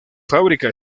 fábrica